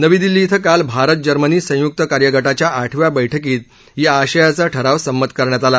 नवी दिल्ली इथं काल भारत जर्मनी संय्क्त कार्य गटाच्या आठव्या बैठकीत या आशयाचा ठराव संमत करण्यात आला